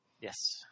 Yes